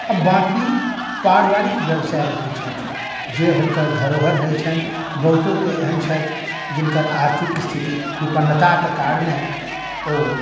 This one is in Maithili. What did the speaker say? आ बाँकी पारिवारिक व्यवसाय रखैत छथि जे हुनकर धरोहर रहैत छनि बहुतो तऽ एहन छथि जिनकर आर्थिक स्थिति विपन्नताक कारणे ओ